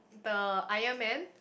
the Iron Man